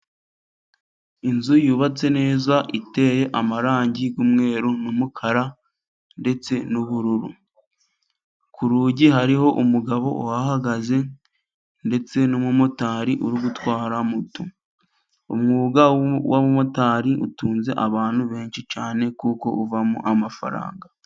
Inzu yubatse neza iteye amarangi y'umweru n'umukara, ndetse n'ubururu, ku rugi hariho umugabo uhahagaze, ndetse n'umumotari uri gutwara moto. Umwuga w'abamotari utunze abantu benshi cyane, kuko uvamo amafaranga.